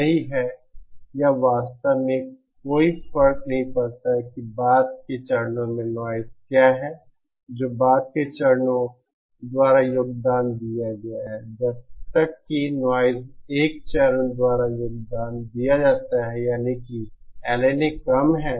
यही है यह वास्तव में कोई फर्क नहीं पड़ता है कि बाद के चरणों में नॉइज़ क्या है जो बाद के चरणों द्वारा योगदान दिया गया है जब तक कि नॉइज़ 1 चरण द्वारा योगदान दिया जाता है यानी कि LNA कम है